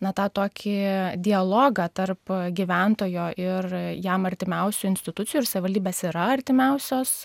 na tą tokį dialogą tarp gyventojo ir jam artimiausių institucijų ir savivaldybės yra artimiausios